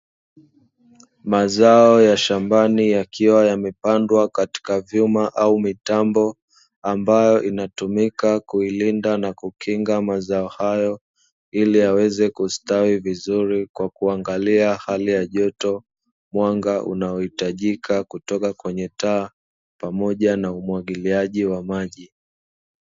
Mazao ya shambani yakiwa yamepandwa katika vyuma au mitambo, ambayo inatumika kulinda na kukinga mazao hayo, ili yaweze kustawi vizuri kwa kuangalia hari ya joto, mwanga unaohitajika kutoka kwenye taa pamoja na umwagiliaji wa maji.